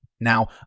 Now